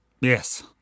Yes